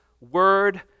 word